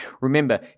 Remember